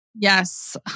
Yes